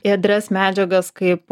ėdrias medžiagas kaip